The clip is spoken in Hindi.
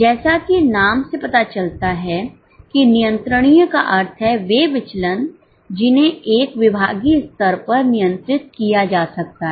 जैसा कि नाम से पता चलता है कि नियंत्रणीय का अर्थ है वे विचलन जिन्हें एक विभागीय स्तर पर नियंत्रित किया जा सकता है